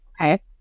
Okay